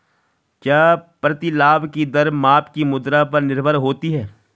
क्या प्रतिलाभ की दर माप की मुद्रा पर निर्भर होती है?